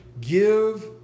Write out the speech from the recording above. give